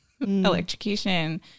electrocution